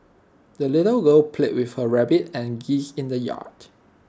the little girl played with her rabbit and geese in the yard